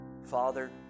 father